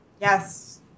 Yes